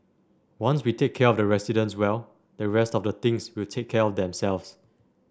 once we take care of the residents well the rest of the things will take care of themselves